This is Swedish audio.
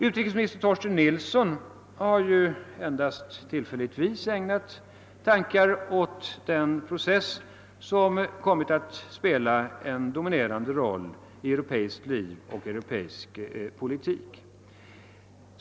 Utrikesminister Torsten Nilsson har endast tillfälligtvis ägnat tankar åt den process som kommit att spela en dominerande roll i europeiskt liv och europeisk politik.